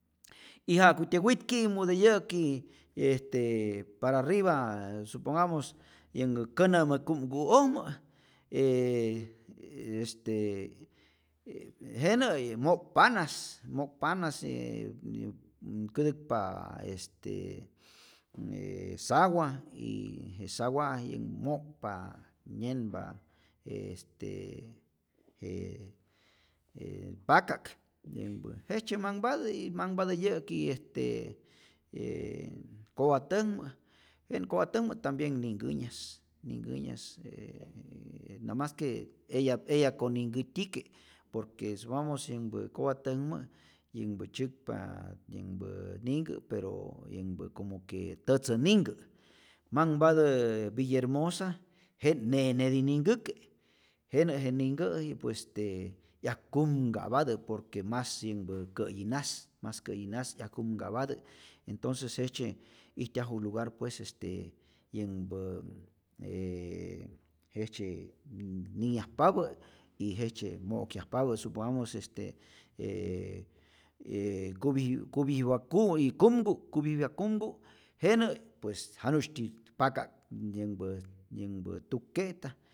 Y ja'kutyä witki'mu de yä'ki este para arriba, supongamos yanhä känä'mä kumku'ojmä ee este e jenä mo'kpanas, mo'kpanas ee kätäkpa este sawa y je sawa' yänh mo'kpa nyenpa je je paka'k, yänhpä jejtzye manhpatä y manhpatä yä'ki este ee koatäkmä jenä koatäkmä tambien ninhkänyas, ninhkänyas namas que eya eya koninhkätyike', por que supongamos yänhpä koatäkmä yänhpä tzyäkpa yänpä ninhkä, pero yänhpä como que tätzäninhkä, manhpatä villahermosa jenä ne'neti ninhkäke', jenä je ninhkä'i pues este 'yak' kumka'patä por que mas yänhpä kä'yi najs, mas kä'yi najs, 'yak kumka'patä, entonces jejtzye ijtyaju lugar, pues este yänhpä jejtzye nn- niyajpapä y jejtzye mo'kyajpapä, supongamos este ee e e kupyi kupiwak ku'y kumku kupiwyay kumku jenä pues janu'sytyi pakak yänhpä yänhpä tuk'ke'ta